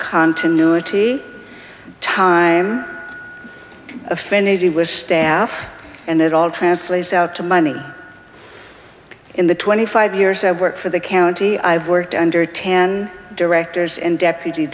continuity time offended he was staff and it all translates out to money in the twenty five years i've worked for the county i've worked under ten directors and deputy